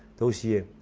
those years,